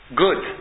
good